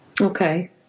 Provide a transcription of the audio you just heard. okay